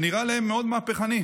שנראה להם מאוד מהפכני.